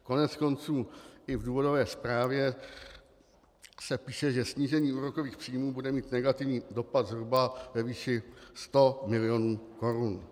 Koneckonců i v důvodové zprávě se píše, že snížení úrokových příjmů bude mít negativní dopad zhruba ve výši 100 milionů korun.